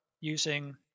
using